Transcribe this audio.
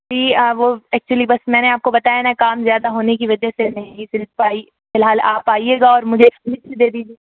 جی وہ ایکچولی بس میں نے آپ کو بتایا نا کام زیادہ ہونے کی وجہ سے نہیں سل پائی فی الحال آپ آئیے گا اور مجھے سلپ بھی دے دیجیے